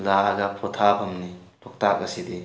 ꯂꯥꯛꯑꯒ ꯄꯣꯊꯥꯐꯝꯅꯤ ꯂꯣꯛꯇꯥꯛ ꯑꯁꯤꯗꯤ